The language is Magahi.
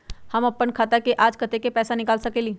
हम अपन खाता से आज कतेक पैसा निकाल सकेली?